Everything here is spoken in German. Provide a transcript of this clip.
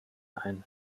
ein